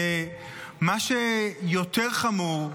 ומה שיותר חמור,